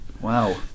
Wow